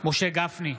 משה גפני,